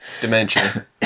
dementia